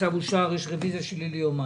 הצו אושר, יש רוויזיה שלי ליומיים.